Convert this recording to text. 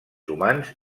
humans